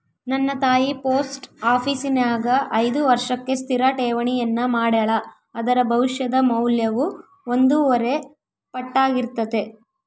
ನನ್ನ ತಾಯಿ ಪೋಸ್ಟ ಆಪೀಸಿನ್ಯಾಗ ಐದು ವರ್ಷಕ್ಕೆ ಸ್ಥಿರ ಠೇವಣಿಯನ್ನ ಮಾಡೆಳ, ಅದರ ಭವಿಷ್ಯದ ಮೌಲ್ಯವು ಒಂದೂವರೆ ಪಟ್ಟಾರ್ಗಿತತೆ